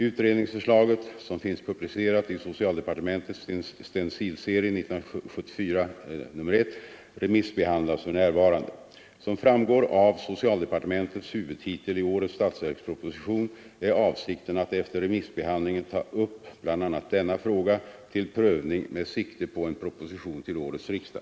Utredningsförslaget, som finns publicerat i socialdepartementets stencilserie 1974:1, remissbehandlas för närvarande. Som framgår av socialdepartementets huvudtitel i årets statsverksproposition är avsikten att efter remissbehandlingen ta upp bl.a. denna fråga till prövning med sikte på en proposition till årets riksdag.